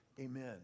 amen